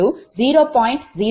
𝑢 என்பதாகும்